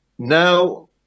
Now